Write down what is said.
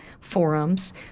forums